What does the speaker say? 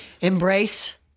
embrace